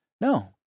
No